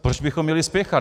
Proč bychom měli spěchat?